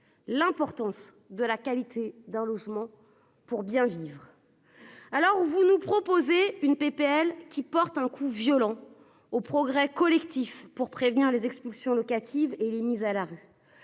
l'importance de la qualité d'un logement pour bien vivre. Alors vous nous proposez une PPL qui porte un coup violent au progrès collectif pour prévenir les expulsions locatives et les mises à la rue.